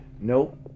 Nope